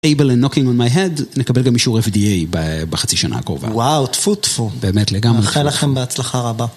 נקבל גם מישור FDA בחצי שנה הקרובה. וואו, תפו תפו. באמת לגמרי. נאחל לכם בהצלחה רבה.